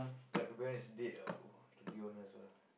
but to be honest it's dead ah bro to be honest ah